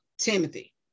Timothy